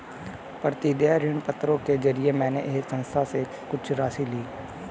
प्रतिदेय ऋणपत्रों के जरिये मैंने एक संस्था से कुछ राशि ली